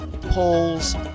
polls